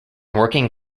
working